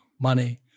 money